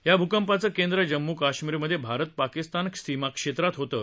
या भूकंपाचं केंद्र जम्मू कश्मीरमध्ये भारत पाकिस्तान सीमाक्षेत्रात होतं